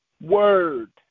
word